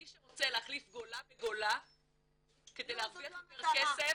מי שרוצה להחליף גולה בגולה כדי להרוויח יותר כסף,